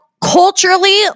culturally